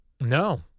No